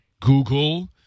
Google